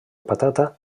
patata